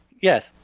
Yes